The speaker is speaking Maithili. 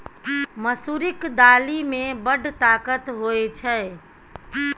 मसुरीक दालि मे बड़ ताकत होए छै